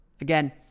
Again